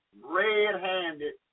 red-handed